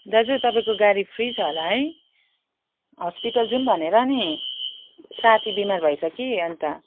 दाजु तपाईँको गाडी फ्री छ होला है हस्पिटल जाऊँ भनेर नि साथी बिमार भएछ कि अन्त